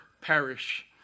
perish